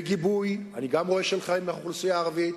בגיבוי, אני גם רואה, של חלק מהאוכלוסייה הערבית,